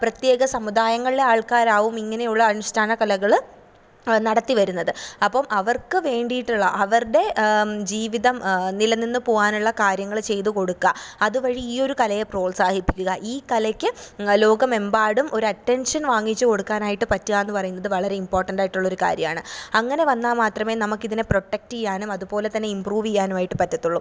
പ്രത്യേക സമുദായങ്ങളിലെ ആൾക്കാരാവും ഇങ്ങനെയുള്ള അനുഷ്ഠാനകലകൾ നടത്തിവരുന്നത് അപ്പോൾ അവർക്ക് വേണ്ടിയിട്ടുള്ള അവരുടെ ജീവിതം നിലനിന്ന് പോവാനുള്ള കാര്യങ്ങൾ ചെയ്ത് കൊടുക്കുക അതുവഴി ഈ ഒരു കലയെ പ്രോത്സാഹിപ്പിക്കുക ഈ കലയ്ക്ക് ലോകമെമ്പാടും ഒരു അറ്റൻഷൻ വാങ്ങിച്ചു കൊടുക്കാനായിട്ട് പറ്റുക എന്ന് പറയുന്നത് വളരെ ഇംപോർട്ടൻറ്റ് ആയിട്ടുള്ള ഒരു കാര്യമാണ് അങ്ങനെ വന്നാൽ മാത്രമേ നമുക്ക് ഇതിനെ പ്രൊട്ടക്റ്റ് ചെയ്യാനും അതുപോലെത്തന്നെ ഇമ്പ്രൂവ് ചെയ്യാനും ആയിട്ട് പറ്റത്തുള്ളൂ